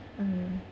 mm